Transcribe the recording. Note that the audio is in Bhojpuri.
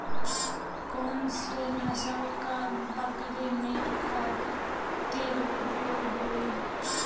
कौन से नसल क बकरी मीट खातिर उपयोग होली?